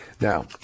Now